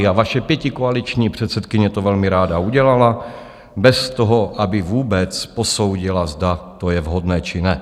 A vaše pětikoaliční předsedkyně to velmi ráda udělala, bez toho, aby vůbec posoudila, zda to je vhodné, či ne.